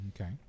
Okay